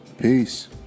peace